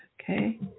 Okay